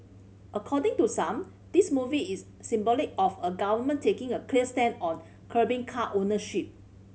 according to some this move is symbolic of a government taking a clear stand on curbing car ownership